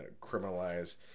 criminalize